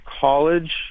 college